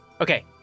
Okay